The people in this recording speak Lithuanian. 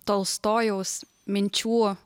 tolstojaus minčių